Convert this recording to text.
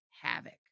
havoc